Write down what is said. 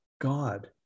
God